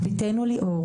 בתנו ליאור,